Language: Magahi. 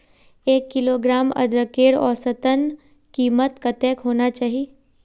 एक किलोग्राम अदरकेर औसतन कीमत कतेक होना चही?